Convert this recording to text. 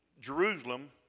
Jerusalem